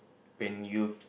when you